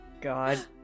God